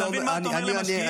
אתה מבין מה אתה אומר למשקיעים?